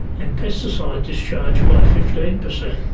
and pesticide discharge by fifteen percent.